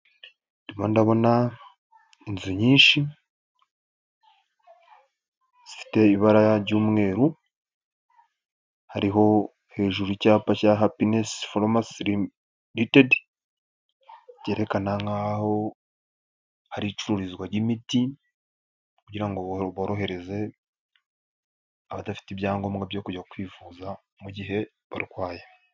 Ndimo ndabona inzu nyinshi zifite ibara ry'umweru, hariho hejuru icyapa cya Hapiness Pharmacy Ltd, cyerekana nkaho hari icururizwaga imiti, kugira ngo borohereze abadafite ibyangombwa byo kujya kwivuza mu gihe barwaye.